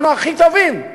אנחנו הכי טובים.